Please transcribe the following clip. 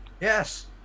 Yes